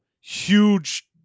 huge